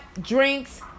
drinks